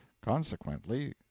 Consequently